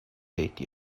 date